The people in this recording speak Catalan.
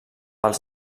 els